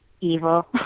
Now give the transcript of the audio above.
evil